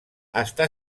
està